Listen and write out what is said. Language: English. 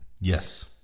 Yes